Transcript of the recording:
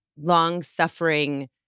long-suffering